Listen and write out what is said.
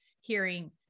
hearing